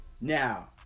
Now